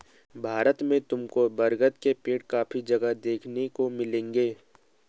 भारत में तुमको बरगद के पेड़ काफी जगह देखने को मिलेंगे